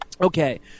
Okay